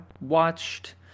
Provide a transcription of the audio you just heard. watched